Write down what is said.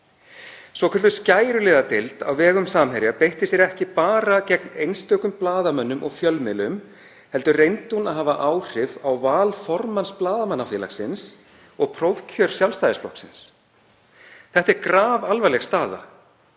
Svokölluð skæruliðadeild á vegum Samherja beitti sér ekki bara gegn einstökum blaðamönnum og fjölmiðlum heldur reyndi hún að hafa áhrif á val formanns Blaðamannafélagsins og prófkjör Sjálfstæðisflokksins. Þetta er grafalvarleg staða.